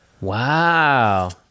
Wow